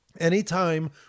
Anytime